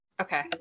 Okay